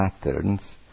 patterns